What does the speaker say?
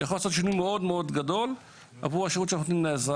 וזה יכול לעשות שינוי גדול מאוד עבור השירות שאנחנו נותנים לאזרח.